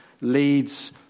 leads